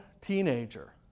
teenager